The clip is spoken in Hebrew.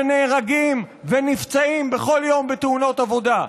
שנהרגים ונפצעים בכל יום בתאונות עבודה.